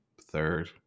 third